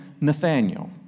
Nathaniel